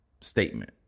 statement